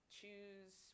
choose